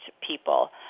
people